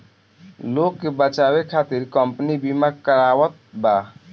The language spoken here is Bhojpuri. लोग के बचावे खतिर कम्पनी बिमा करावत बा